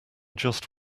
just